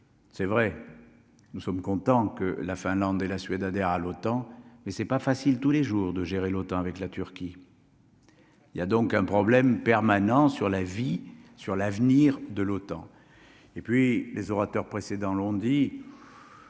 c'est vrai, nous sommes contents que la Finlande et la Suède adhère à l'OTAN, mais c'est pas facile tous les jours, de gérer l'OTAN avec la Turquie. Il y a donc un problème permanent sur la vie sur l'avenir de l'OTAN et puis les orateurs précédents l'ont dit,